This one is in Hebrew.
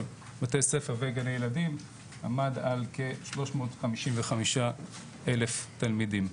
בתי ספר וגני ילדים עמד על כ-355 אלף תלמידים.